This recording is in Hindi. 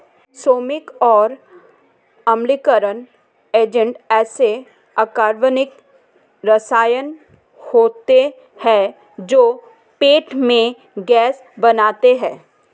सीमित और अम्लीकरण एजेंट ऐसे अकार्बनिक रसायन होते हैं जो पेट में गैस बनाते हैं